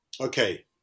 okay